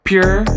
Pure